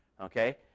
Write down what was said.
Okay